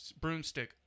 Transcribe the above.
broomstick